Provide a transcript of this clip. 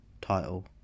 title